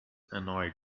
annoyed